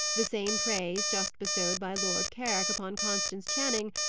the same praise, just bestowed by lord carrick upon constance channing,